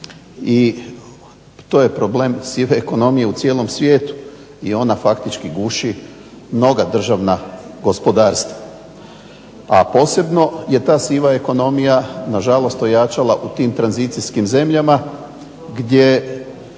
To je problem sive ekonomije u cijelom svijetu i ona faktički guši mnoga državna gospodarstva. A posebno je ta siva ekonomija nažalost ojačala u tim tranzicijskim zemljama gdje